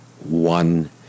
one